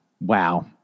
Wow